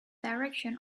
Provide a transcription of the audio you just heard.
direction